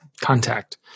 contact